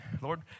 Lord